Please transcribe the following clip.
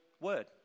word